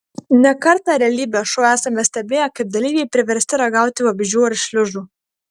ne kartą realybės šou esame stebėję kaip dalyviai priversti ragauti vabzdžių ar šliužų